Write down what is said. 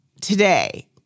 today